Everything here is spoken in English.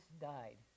died